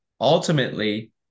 ultimately